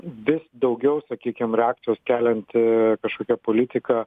vis daugiau sakykim reakcijos kelianti kažkokia politika